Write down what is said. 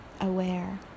aware